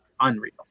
unreal